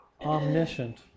omniscient